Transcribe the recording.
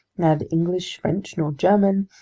neither english, french, nor german,